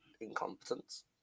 incompetence